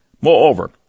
Moreover